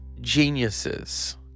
geniuses